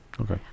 Okay